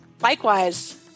Likewise